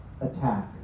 attack